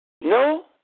No